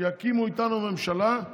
שיקימו איתנו ממשלה,